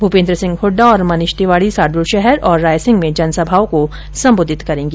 भूपेन्द्र सिंह हुड्डा और मनीष तिवाडी सार्दुलशहर और रायसिंह में जनसभाओं को संबोधित करेंगे